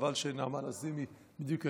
חבל שנעמה לזימי בדיוק יצאה,